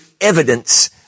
evidence